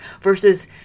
versus